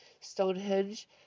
Stonehenge